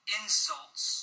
insults